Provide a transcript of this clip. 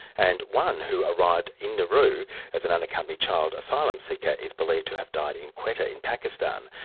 and one who arrived in nauru as an unaccompanied child asylum seeker, is believed to have died in quetta in pakistan.